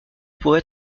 pourrait